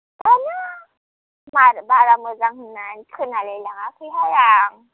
जानो बारा बारा मोजां होन्नान खोनालाय लाङायाखैहाय आं